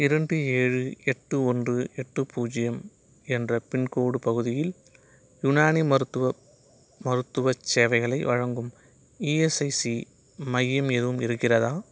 இரண்டு ஏழு எட்டு ஒன்று எட்டு பூஜ்ஜியம் என்ற பின்கோட் பகுதியில் யுனானி மருத்துவ மருத்துவச் சேவைகளை வழங்கும் இஎஸ்ஐசி மையம் எதுவும் இருக்கிறதா